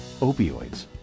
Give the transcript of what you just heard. opioids